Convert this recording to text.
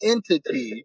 Entity